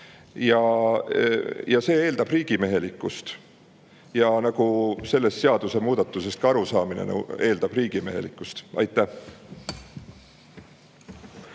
[arusaam] eeldab riigimehelikkust, nagu ka sellest seadusemuudatusest arusaamine eeldab riigimehelikkust. Aitäh!